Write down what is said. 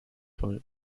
fall